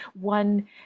one